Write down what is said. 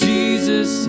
Jesus